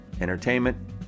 entertainment